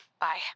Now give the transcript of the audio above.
bye